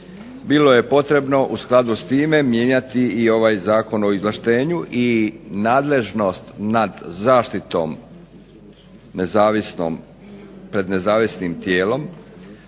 bilo je potrebno u skladu s time mijenjati ovaj Zakon o izvlaštenju i nadležnost nad zaštitom pred nezavisnim tijelom